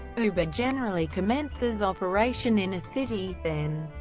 uber generally commences operation in a city, then,